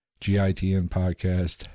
gitnpodcast